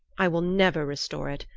i will never restore it,